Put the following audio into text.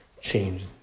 change